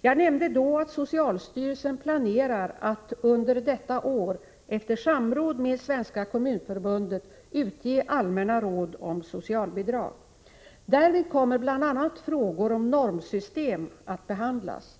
Jag nämnde då att socialstyrelsen planerar att under detta år, efter samråd med Svenska kommunförbundet, utge allmänna råd om socialbidrag. Därvid kommer bl.a. frågor om normsystem att behandlas.